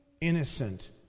innocent